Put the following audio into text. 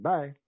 Bye